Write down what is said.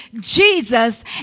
Jesus